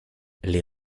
les